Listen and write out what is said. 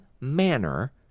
manner